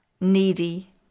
needy